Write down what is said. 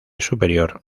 superior